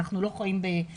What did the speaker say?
אנחנו לא חיים בוואקום.